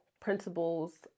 principles